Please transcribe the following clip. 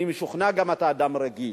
אני משוכנע גם, אתה אדם רגיש,